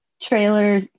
trailer